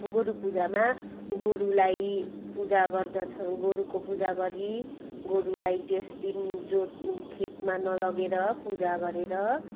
गोरु पूजामा गोरुलाई पूजा गर्दछ गोरुको पूजा गरी गोरुलाई त्यसदिन जोत खेतमा नलगेर पूजा गरेर